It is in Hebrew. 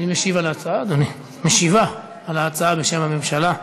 משיבה על ההצעה, בשם הממשלה,